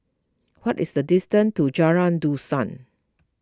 what is the distance to Jalan Dusun